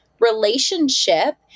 relationship